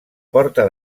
porta